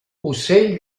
ocell